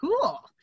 cool